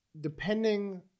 depending